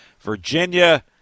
Virginia